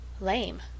Lame